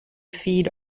feed